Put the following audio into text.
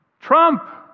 Trump